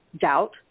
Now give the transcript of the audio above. doubt